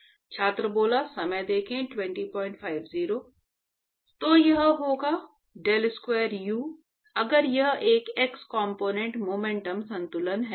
तो यह होगा डेल स्क्वायर u अगर यह एक x कॉम्पोनेन्ट मोमेंटम संतुलन है